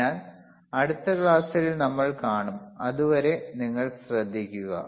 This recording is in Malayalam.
അതിനാൽ അടുത്ത ക്ലാസ്സിൽ നമ്മൾ കാണും അതുവരെ നിങ്ങൾ ശ്രദ്ധിക്കൂ